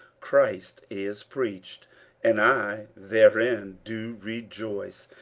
christ is preached and i therein do rejoice,